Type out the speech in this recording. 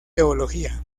teología